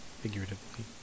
figuratively